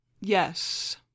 Yes